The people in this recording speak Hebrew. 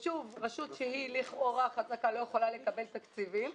רשות שהיא לכאורה חזקה לא יכולה לקבל תקציבים.